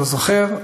לא זוכר,